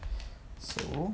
so